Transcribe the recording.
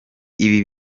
ibi